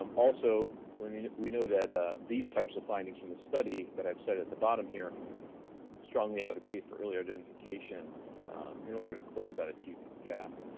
um also we i mean we know that these types of findings from the study that i've said at the bottom here strongly advocate for early identification in order to close that achievement gap.